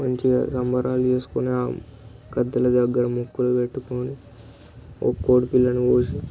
మంచిగా సంబరాలు చేసుకుని ఆ పెద్దల దగ్గర మొక్కులు పెట్టుకుని ఓ కోడిపిల్లను కోసి